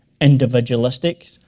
individualistic